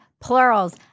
plurals